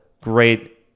great